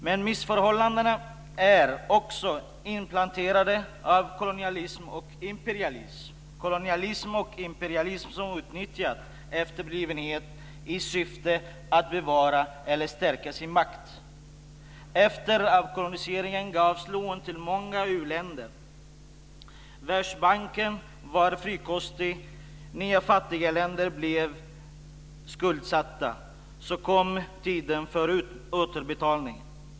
Men missförhållandena är också inplanterade av en kolonialism och imperialism som utnyttjat efterblivenheten i syfte att bevara eller stärka maktpositioner. Efter avkoloniseringen gavs lån till många uländer. Världsbanken var frikostig, och nya fattiga länder blev skuldsatta. Så kom tiden för återbetalning.